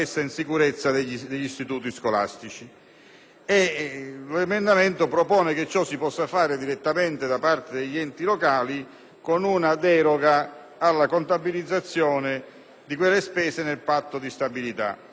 questione propone che ciò si possa fare direttamente da parte degli enti locali, con una deroga alla contabilizzazione di quelle spese nel Patto di stabilità. Gli enti locali - e lo dico per esperienza diretta